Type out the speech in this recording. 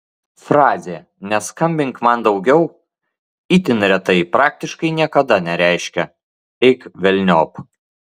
frazė neskambink man daugiau itin retai praktiškai niekada nereiškia eik velniop